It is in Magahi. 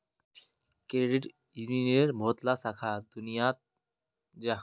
क्रेडिट यूनियनेर बहुतला शाखा दुनिया भरेर देशत छेक